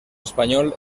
español